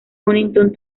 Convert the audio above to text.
huntington